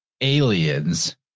aliens